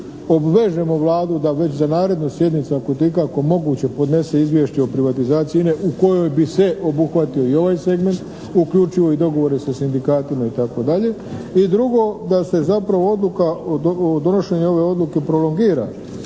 obvežemo Vladu da već za narednu sjednicu, ako je to ikako moguće, podnese izvješće o privatizaciji INA-e u kojoj bi se obuhvatio i ovaj segment, uključivo i dogovore sa sindikatima, itd. i drugo da se zapravo odluka o donošenju ove odluke prolongira,